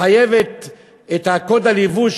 שמחייבת את קוד הלבוש,